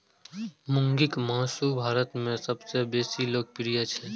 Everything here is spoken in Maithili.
मुर्गीक मासु भारत मे सबसं बेसी लोकप्रिय छै